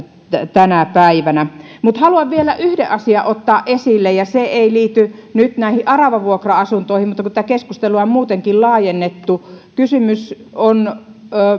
tänä päivänä haluan vielä yhden asian ottaa esille ja se ei nyt liity näihin aravavuokra asuntoihin mutta kun tätä keskustelua on muutenkin laajennettu kysymys on